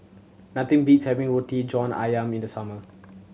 nothing beats having Roti John Ayam in the summer